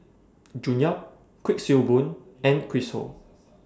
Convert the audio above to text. June Yap Kuik Swee Boon and Chris Ho